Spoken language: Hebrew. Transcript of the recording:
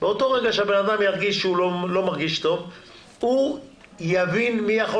באותו רגע שהבנאדם יראה שהוא לא מרגיש טוב הוא יבין מי יכול